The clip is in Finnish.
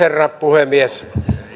herra puhemies